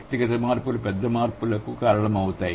వ్యక్తిగత మార్పులు పెద్ద మార్పులకు కారణమవుతాయి